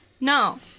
No